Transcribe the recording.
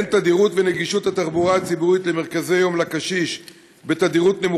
שבהם תדירות ונגישות התחבורה הציבורית למרכזי יום לקשיש נמוכה,